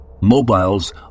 Mobiles